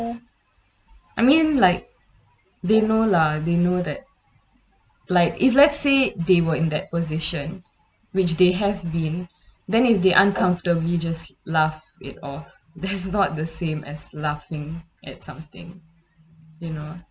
I mean like they know lah they know that like if let's say they were in that position which they have been then if they're uncomfortably just laugh it off that is not the same as laughing at something you know